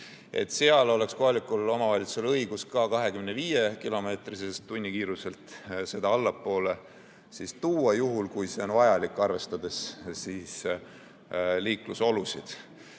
et seal oleks kohalikul omavalitsusel õigus ka 25-kilomeetriselt tunnikiiruselt seda allapoole tuua, juhul kui see on vajalik, arvestades liiklusolusid.